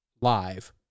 live